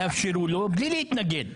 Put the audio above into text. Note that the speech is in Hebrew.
תאפשרו לו בלי להתנגד.